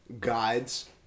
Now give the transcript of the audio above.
guides